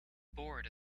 board